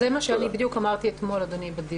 זה בדיוק מה שאמרתי בדיון אתמול, אדוני.